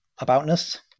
aboutness